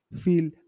feel